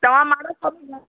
तव्हां माण्हू सभु ईंदा